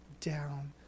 down